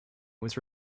was